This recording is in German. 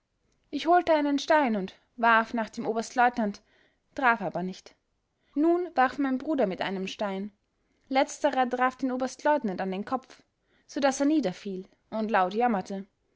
ich holte einen stein und warf nach dem oberstleutnant traf aber nicht nun warf mein bruder mit einem stein letzterer traf den oberstleutnant an den kopf so daß er niederfiel und laut jammerte